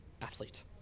athlete